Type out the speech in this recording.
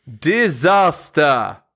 Disaster